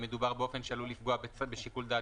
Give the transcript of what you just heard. אם מדובר באופן שעלול לפגוע בשיקול דעת